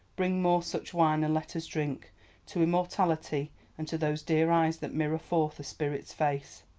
bring more such wine and let us drink to immortality and to those dear eyes that mirror forth a spirit's face!